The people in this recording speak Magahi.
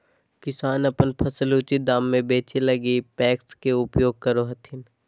किसान अपन फसल उचित दाम में बेचै लगी पेक्स के उपयोग करो हथिन